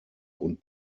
und